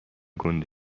گنده